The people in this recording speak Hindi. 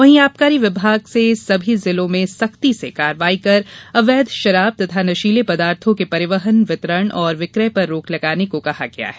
वहीं आबकारी विभाग से सभी जिलों में सख्ती से कार्यवाही कर अवैध शराब तथा नशीले पदार्थों के परिवहन वितरण और विक्रय पर रोक लगाने को कहा गया है